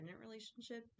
relationship